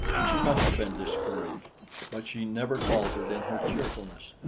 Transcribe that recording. and she must have been discouraged but she never faltered in her cheerfulness.